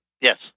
Yes